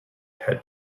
had